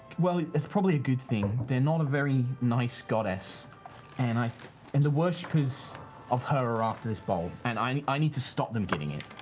well, it's probably a good thing. they're not a very nice goddess and and the worshippers of her after this bowl and i need i need to stop them getting it.